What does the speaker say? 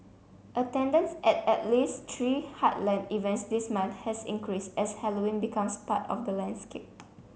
attendance at at least three heartland events this month has increased as Halloween becomes part of the landscape